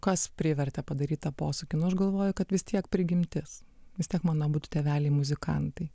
kas privertė padaryt tą posūkį nu aš galvoju kad vis tiek prigimtis vis tiek mano abudu tėveliai muzikantai